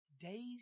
days